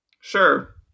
Sure